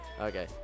Okay